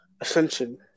Ascension